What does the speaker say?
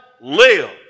live